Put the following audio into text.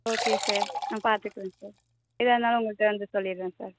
okay sir நான் பார்த்துக்குறேன் sir எதா இருந்தாலும் உங்கள்ட்ட வந்து சொல்லிடுறேன் சார்